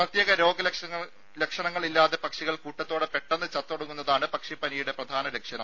പ്രത്യേക രോഗ ലക്ഷണങ്ങൾ ഇല്ലാതെ പക്ഷികൾ കൂട്ടത്തോടെ പെട്ടെന്ന് ചത്തൊടുങ്ങുന്നതാണ് പക്ഷിപ്പനിയുടെ പ്രധാന ലക്ഷണം